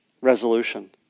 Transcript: resolution